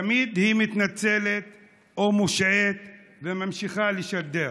תמיד היא מתנצלת או מושעית וממשיכה לשדר.